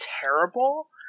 terrible